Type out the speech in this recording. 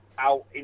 out